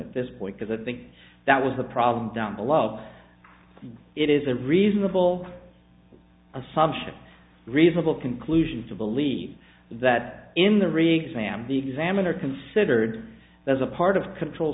at this point because i think that was a problem down below it is a reasonable assumption reasonable conclusion to believe that in the re exam the examiner considered as a part of control